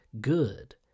good